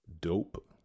dope